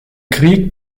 krieg